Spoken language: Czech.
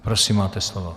Prosím, máte slovo.